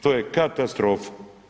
To je katastrofa.